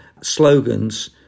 slogans